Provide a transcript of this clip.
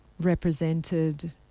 represented